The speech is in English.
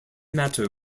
matter